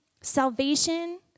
Salvation